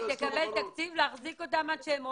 היא צריכה לקבל תקציב להחזיק אותם עד שהם עולים,